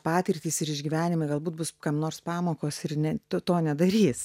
patirtys ir išgyvenimai galbūt bus kam nors pamokos ir ne tu to nedarys